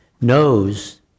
knows